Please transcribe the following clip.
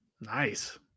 Nice